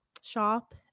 shop